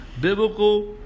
biblical